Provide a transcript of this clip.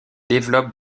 développent